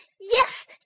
Yes